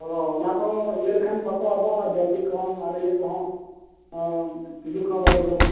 ᱚ ᱚᱱᱟᱠᱚ ᱤᱭᱟᱹ ᱞᱮᱠᱷᱟᱱ ᱵᱟᱠᱚ ᱟᱵᱚᱜᱼᱟ ᱡᱟᱹᱨᱰᱤ ᱠᱚᱦᱚᱸ ᱟᱨ ᱤᱭᱟᱹ ᱠᱚᱦᱚᱸ ᱛᱤᱡᱩ ᱠᱚᱦᱚᱸ ᱵᱟᱠᱚ ᱡᱚᱢᱟ